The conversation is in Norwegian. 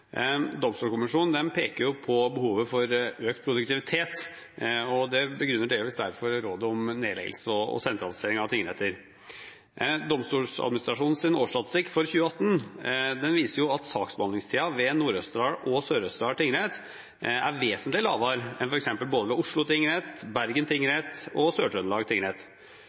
på behovet for økt produktivitet, og det begrunner delvis derfor rådet om nedleggelse og sentralisering av tingretter. Domstoladministrasjonens årsstatistikk for 2018 viser at saksbehandlingstiden ved Nord-Østerdal og Sør-Østerdal tingrett er vesentlig lavere enn ved f.eks. både Oslo tingrett, Bergen tingrett og Sør-Trøndelag tingrett.